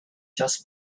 just